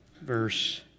verse